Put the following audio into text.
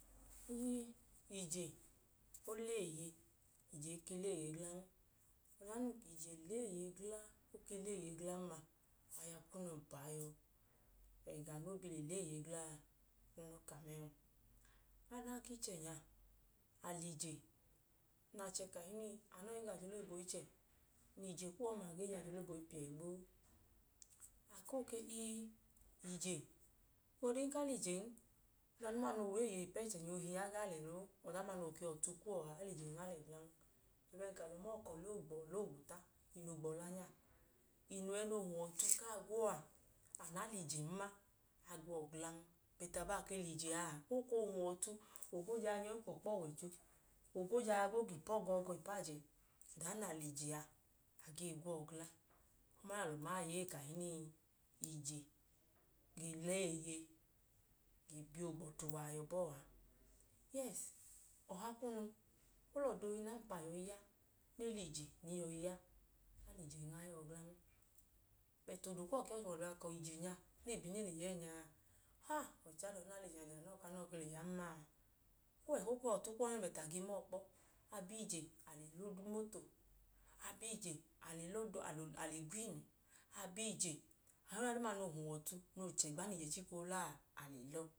Ii, ije, o lẹ eeye, ije i ke lẹ eeye glan. Ọda noo ya num ka ije lẹ eeye gla o ke lẹ eeye glan ma aya kunu ọmpa a yọọ. Ẹga noo bi le lẹ eeye gla a. Adan ka ichẹ nya, a lẹ ije, a ka anọọ i ga ajẹ ọlẹ oyibo ichẹ, ije kuwọ ọma a i ga ajẹ ọlẹ oyibo ọma gboo. A koo ke ii, ije, ohigbu ọdin aka a lẹ ijen, ọda duuma noo wẹ eeye ipu ẹchẹ nya a, a gaa lẹ noo, ọda duuma noo wẹ ọtu kuwọ a, a lẹ ijen a gla. Bẹẹka alọmọọ ka ọlẹ oogbo, ọlẹ oogwuta, inu ogbọla nya, inu ẹẹ noo huwọ ọtu kaa gwo a, anu na lẹ ijen ma, a gwo ọọ glan, bọtu abaa ke lẹ ije a, o koo huwọ ọtu, o gwo jaa nyọi kwu ọkpọwọicho jaa gwo gipu ọgọọgọ ipu ajẹ, anu na lẹ ije a, a gee gwo ọọ gla. Ama alọ ma aya ee kahinii, ije i lẹ eeye, ge bi ogbọtu wa a yọ bọọ a. Ọha kunu, o lẹ ọda ohi nẹ aọmpa awọ yọi ya, ne lẹ ije ne yọi ya, a yọọ glan. Bẹt odo kuwọ ke i yọi da uwọ ka ije nẹ ẹẹ bi nẹ ẹẹ le ya ọda nya a, ọwọicho ada, anu nẹ awọ ọ i lẹ ije a je lẹ anọọ ku anọọ le yan ma a? O wẹ ka o koo wẹ ọtu kuwọn nẹn, bẹt a ke mọọ kpọ. A bi ije a le la odre, umoto, a bi ije, a le gwo inu, a bi ije a le ya ọda duuma noo huwọ ọtu.